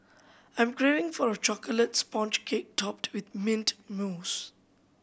I am craving for a chocolate sponge cake topped with mint mousse